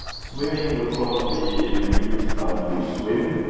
swimming would probably be reduced down to swim.